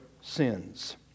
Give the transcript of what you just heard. sins